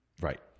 Right